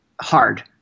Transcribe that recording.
hard